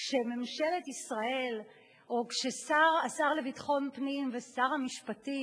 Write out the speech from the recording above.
כשממשלת ישראל או כשהשר לביטחון פנים ושר המשפטים